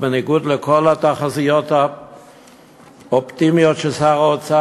ובניגוד לכל התחזיות האופטימיות של שר האוצר